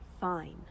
fine